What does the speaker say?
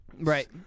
Right